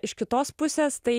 iš kitos pusės tai